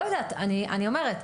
לא יודעת, אני אומרת: